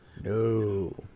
No